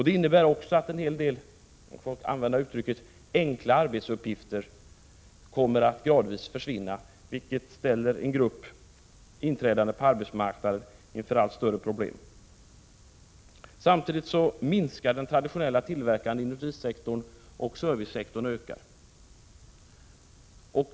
Det innebär också att en hel del enkla arbetsuppgifter, om jag får använda det uttrycket, gradvis kommer att försvinna, vilket ställer en grupp inträdande på arbetsmarknaden inför allt större problem. Samtidigt minskar den traditionella tillverkande industrisektorn, och servicesektorn ökar.